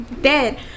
dead